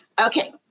okay